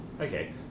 okay